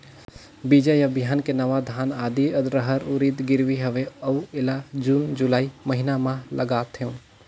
बीजा या बिहान के नवा धान, आदी, रहर, उरीद गिरवी हवे अउ एला जून जुलाई महीना म लगाथेव?